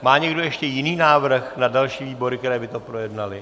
Má někdo ještě jiný návrh na další výbory, které by to projednaly?